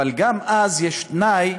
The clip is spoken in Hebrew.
אבל גם אז יש תנאי,